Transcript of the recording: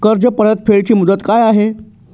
कर्ज परतफेड ची मुदत काय आहे?